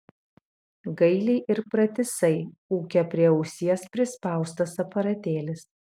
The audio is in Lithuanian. gailiai ir pratisai ūkia prie ausies prispaustas aparatėlis